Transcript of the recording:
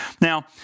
Now